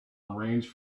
arrange